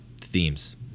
Themes